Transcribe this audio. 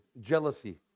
jealousy